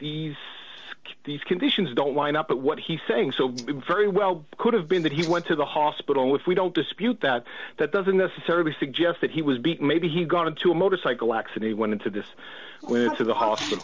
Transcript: these these conditions don't line up but what he's saying so very well could have been that he went to the hospital if we don't dispute that that doesn't necessarily suggest that he was beat maybe he got into a motorcycle accident went into this went to the ho